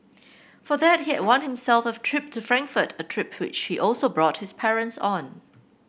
for that he had won himself a trip to Frankfurt a trip which she also brought his parents on